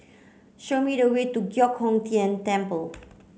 show me the way to Giok Hong Tian Temple